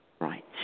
Right